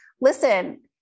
listen